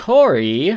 Corey